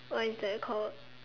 what is that called